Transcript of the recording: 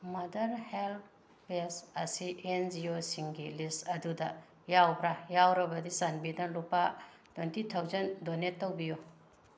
mother help page ꯑꯁꯤ N G O ꯁꯤꯡꯒꯤ ꯂꯤꯁ ꯑꯗꯨꯗ ꯌꯥꯎꯕ꯭ꯔꯥ ꯌꯥꯎꯔꯕꯗꯤ ꯆꯥꯟꯕꯤꯗꯨꯅ ꯂꯨꯄꯥ ꯇ꯭ꯋꯦꯟꯇꯤ ꯊꯥꯎꯖꯟ ꯗꯣꯅꯦꯠ ꯇꯧꯕꯤꯌꯨ